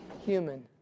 Human